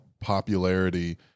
popularity